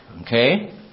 okay